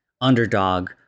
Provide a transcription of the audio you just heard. underdog